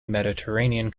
mediterranean